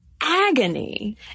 agony